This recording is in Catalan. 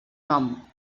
nom